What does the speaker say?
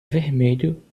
vermelho